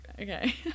okay